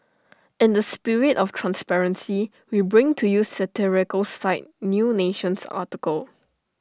in the spirit of transparency we bring to you satirical site new nation's article